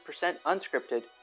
unscripted